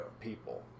people